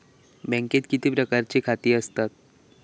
बँकेत किती प्रकारची खाती आसतात?